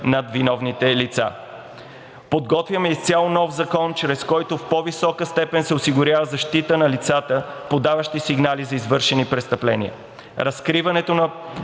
над виновните лица. Подготвяме изцяло нов закон, чрез който в по-висока степен се осигурява защита на лицата, подаващи сигнали за извършени престъпления. Разкриването на